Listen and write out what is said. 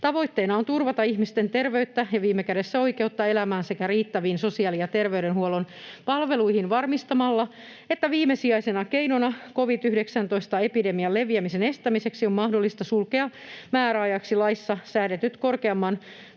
Tavoitteena on turvata ihmisten terveyttä ja viime kädessä oikeutta elämään sekä riittäviin sosiaali- ja terveydenhuollon palveluihin varmistamalla, että viimesijaisena keinona covid-19-epidemian leviämisen estämiseksi on mahdollista sulkea määräajaksi laissa säädetyt korkeamman